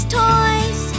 toys